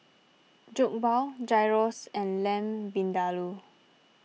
Jokbal Gyros and Lamb Vindaloo